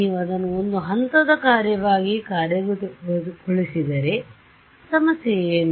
ನೀವು ಅದನ್ನು ಒಂದು ಹಂತದ ಕಾರ್ಯವಾಗಿ ಕಾರ್ಯಗತಗೊಳಿಸಿದರೆ ಸಮಸ್ಯೆ ಏನು